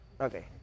okay